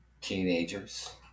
Teenagers